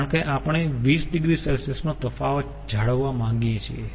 કારણ કે આપણે 20 oC નો તફાવત જાળવવા માગીએ છીએ